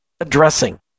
addressing